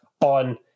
on